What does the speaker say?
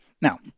Now